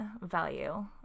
value